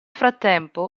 frattempo